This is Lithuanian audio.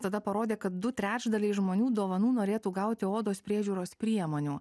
tada parodė kad du trečdaliai žmonių dovanų norėtų gauti odos priežiūros priemonių